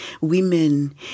women